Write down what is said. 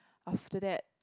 after that